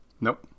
Nope